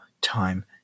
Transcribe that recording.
time